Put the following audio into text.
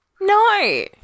No